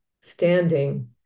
Standing